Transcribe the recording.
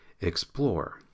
explore